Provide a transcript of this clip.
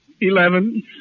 eleven